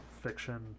fiction